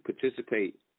participate